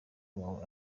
wawe